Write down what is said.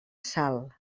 sal